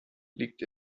liegt